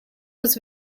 was